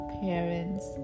parents